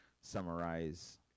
summarize